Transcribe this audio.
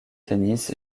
tennis